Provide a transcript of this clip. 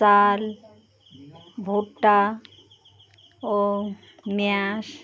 চাল ভুট্টা ও মেয়াস